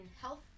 health